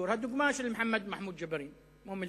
הדוגמה של מוחמד ומחמוד ג'בארין מאום-אל-פחם.